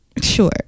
Sure